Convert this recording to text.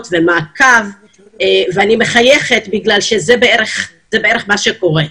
ומעקב ואני מחייכת כי זה בערך מה שקורה.